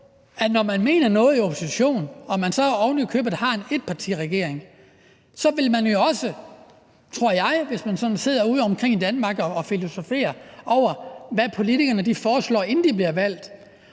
at når man mener noget i opposition og man så ovenikøbet bliver en etpartiregering, så vil folk, der sidder udeomkring i Danmark og filosoferer over, hvad politikerne foreslår, inden de bliver valgt,